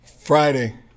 Friday